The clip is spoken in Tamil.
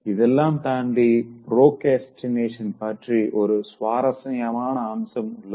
இதெல்லாம் தாண்டி ப்ரோக்ரஸ்டினேஷன் பற்றி ஒரு சுவாரசியமான அம்சம் உள்ளது